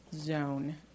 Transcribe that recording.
zone